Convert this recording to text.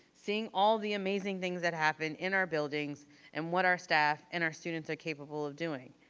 seeing all the amazing things that happen in our buildings and what our staff and our students are capable of doing.